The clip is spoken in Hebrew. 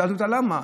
שאלתי אותה למה.